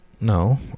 No